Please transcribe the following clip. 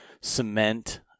cement